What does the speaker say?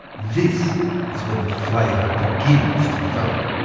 this is when the flavour begins to develop.